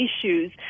issues